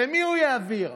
למי הוא יעביר?